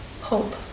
hope